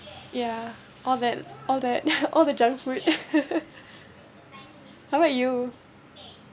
ya all that all that all the junk food how about you